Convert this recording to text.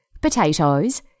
potatoes